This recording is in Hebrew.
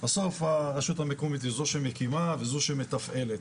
בסוף הרשות המקומית היא זו שמקימה וזו שמתפעלת.